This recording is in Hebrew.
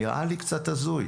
נראה לי קצת הזוי.